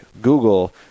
Google